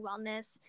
Wellness